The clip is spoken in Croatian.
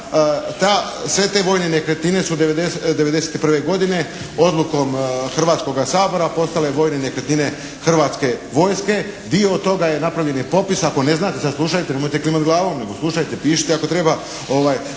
Sve te vojne nekretnine su '91. godine odlukom Hrvatskoga sabora postale vojne nekretnine hrvatske vojske. Dio od toga je napravljen i popis, ako ne znate sad slušajte. Nemojte klimati glavom nego slušajte, pišite ako treba.